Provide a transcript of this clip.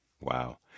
Wow